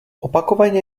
opakovaně